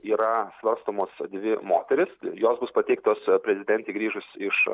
yra svarstomos dvi moterys jos bus pateiktos prezidentei grįžus iš